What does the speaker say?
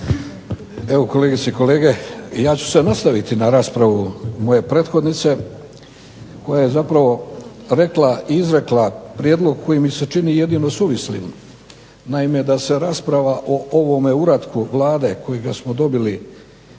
Evo kolegice i kolege, ja ću se nastaviti na raspravu moje prethodnice koja je zapravo rekla i izrekla prijedlog koji mi se čini jedino suvislim. Naime, da se rasprava o ovom uratku Vlade kojega smo dobili